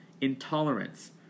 Intolerance